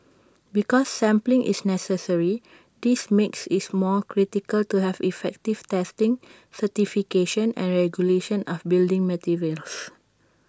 because sampling is necessary this makes IT more critical to have effective testing certification and regulation of building materials